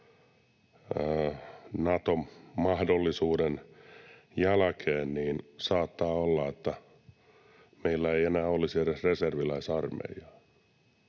Nato-mahdollisuuden jälkeen, niin saattaa olla, että meillä ei enää olisi edes reserviläisarmeijaa,